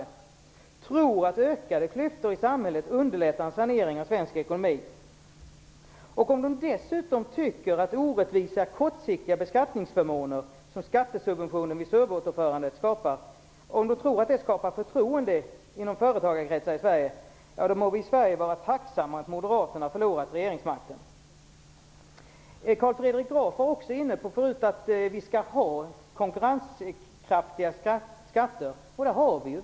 De trycks att ökade klyftor i samhället underlättar sanering av svensk ekonomi. Om de dessutom tror att orättvisa, kortsiktiga beskattningsförmåner, som skattesubventioner vid SURV-återförandet, skapar förtroende inom företagarkretsar i Sverige, må vi i Sverige vara tacksamma över att Moderaterna förlorat regeringsmakten. Carl Fredrik Graf var också inne på att Sverige skall ha konkurrenskraftiga skatter. Men det har vi ju!